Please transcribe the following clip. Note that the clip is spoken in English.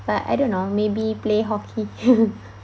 but I don't know maybe play hockey